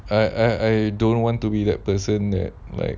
I I I don't want to be that person that like